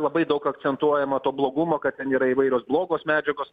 labai daug akcentuojama to blogumo kad ten yra įvairios blogos medžiagos